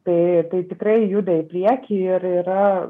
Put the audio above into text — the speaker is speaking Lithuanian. tai tai tikrai juda į priekį ir yra